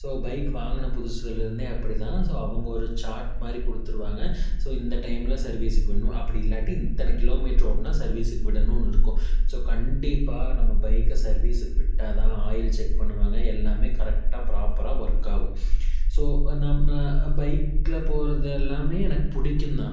so bike வாங்கின புதுசுலேருந்தே அப்படிதான் ஸோ அவங்க ஒரு சார்ட் மாதிரி கொடுத்துருவாங்க ஸோ இந்த டைமில் சர்வீஸுக்கு விடணும் அப்படி இல்லாட்டி இத்தனை கிலோ மீட்டர் ஓட்டினா சர்வீஸுக்கு விடணும்னு இருக்கும் ஸோ கண்டிப்பாக நம்ம பைக்கை சர்வீஸுக்கு விட்டால்தான் ஆயில் செக் பண்ணுவாங்க எல்லாமே கரெக்டாக ப்ராப்பராக ஒர்க் ஆகும் ஸோ நம்ம பைக்கில் போவது எல்லாமே எனக்கு பிடிக்கும்தான்